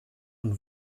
und